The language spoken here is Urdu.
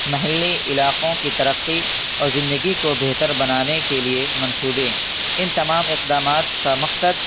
محلی علاقوں کی ترقی اور زندگی کو بہتر بنانے کے لیے منصوبے ان تمام اقدامات کا مقصد